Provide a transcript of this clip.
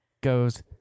Goes